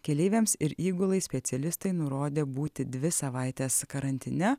keleiviams ir įgulai specialistai nurodė būti dvi savaites karantine